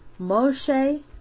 Moshe